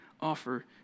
offer